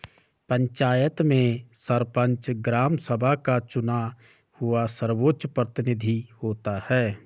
पंचायत में सरपंच, ग्राम सभा का चुना हुआ सर्वोच्च प्रतिनिधि होता है